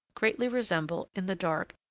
greatly resemble, in the dark,